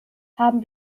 haben